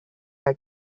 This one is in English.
like